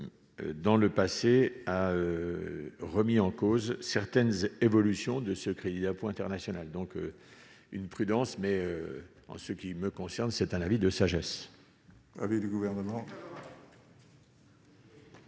dans le passé, a remis en cause certaines évolutions de ce crédit appoint donc une prudence mais en ce qui me concerne c'est un avis de sagesse.